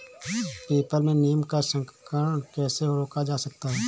People में नीम का संकरण कैसे रोका जा सकता है?